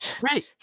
right